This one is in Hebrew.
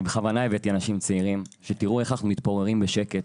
אני בכוונה הבאתי אנשים צעירים כדי שתראו איך אנחנו מתפוררים בשקט.